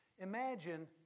imagine